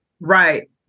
Right